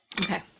okay